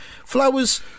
Flowers